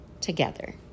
together